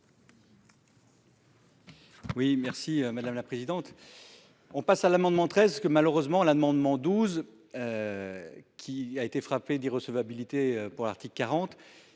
Oui merci madame la présidente. On passe à l'amendement 13, que malheureusement l'amendement 12. Qui a été frappée d'irrecevabilité pour l'Arctique 40